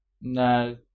No